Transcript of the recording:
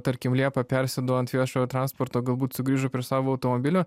tarkim liepą persėdo ant viešojo transporto galbūt sugrįžo prie savo automobilio